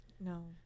No